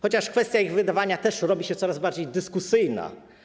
Chociaż kwestia ich wydawania też robi się coraz bardziej dyskusyjna.